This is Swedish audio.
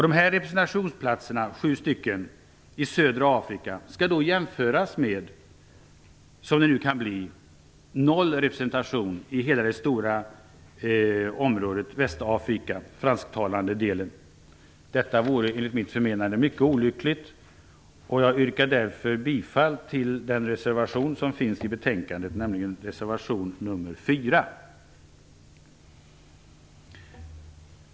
Dessa sju representationsplatser i södra Afrika skall jämföras med - som det nu finns risk för - noll representationsplatser i den fransktalande delen av Västafrika, som är ett mycket stort område. Enligt mitt förmenande vore detta mycket olyckligt. Jag yrkar därför bifall till en reservation som finns fogad till betänkandet, nämligen till reservation 4.